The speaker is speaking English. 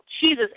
Jesus